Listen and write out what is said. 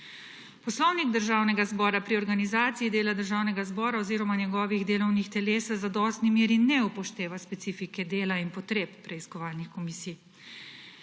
Poslovnik Državnega zbora pri organizaciji dela Državnega zbora oziroma njegovih delovnih teles v zadostni meri ne upošteva specifike dela in potreb preiskovalnih komisij.